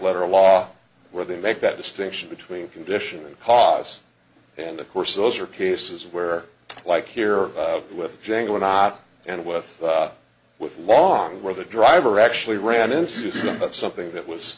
letter law where they make that distinction between condition and cause and of course those are cases where like here with jangle or not and with with long where the driver actually ran in season but something that was